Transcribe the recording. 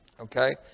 Okay